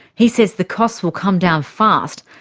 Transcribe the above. he says the costs will come down fast,